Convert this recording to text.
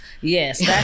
Yes